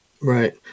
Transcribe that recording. Right